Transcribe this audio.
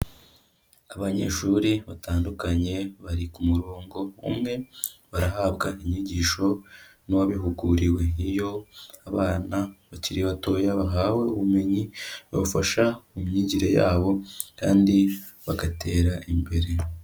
Abanyeshuri batandukanye bari ku murongo umwe barahabwa inyigisho n'uwabihuguriwe. Iyo abana bakiri batoya bahawe ubumenyi babafasha mu myigire yabo kandi bagatera imbere.